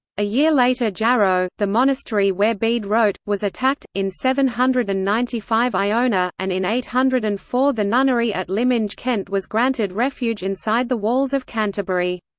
a year later jarrow, the monastery where bede wrote, was attacked in seven hundred and ninety five iona and in eight hundred and four the nunnery at lyminge kent was granted refuge inside the walls of canterbury.